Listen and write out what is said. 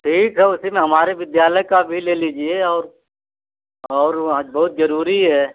ठीक है उसी में हमारे विद्यालय का भी ले लीजिए और और वह बहुत जरूरी है